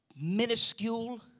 minuscule